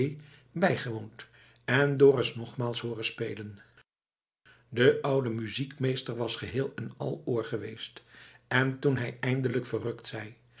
bijgewoond en dorus nogmaals hooren spelen de oude muziekmeester was geheel en al oor geweest en toen hij eindelijk verrukt zei